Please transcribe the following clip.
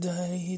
Day